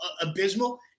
abysmal